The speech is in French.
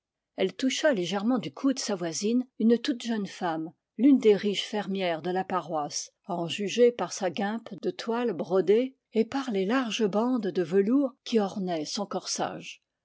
elle toucha légèrement du coude sa voisine une toute jeune femme l'une des riches fermières de la paroisse à en juger par sa guimpe de toile brodée et par les larges bandes de velours qui ornaient son corsage